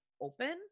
open